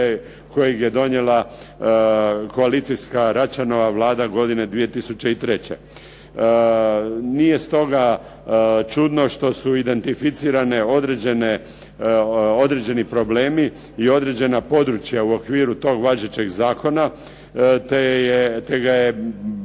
kojeg je donijela koalicijska Račanova Vlada godine 2003. Nije stoga čudno što su identificirani određeni problemi i određena područja u okviru tog važećeg zakona te ga je bilo